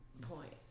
point